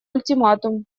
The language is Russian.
ультиматум